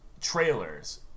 trailers